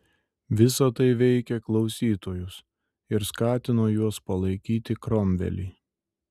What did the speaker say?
visa tai veikė klausytojus ir skatino juos palaikyti kromvelį